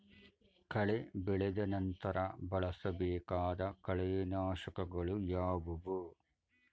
ಕಳೆ ಬೆಳೆದ ನಂತರ ಬಳಸಬೇಕಾದ ಕಳೆನಾಶಕಗಳು ಯಾವುವು?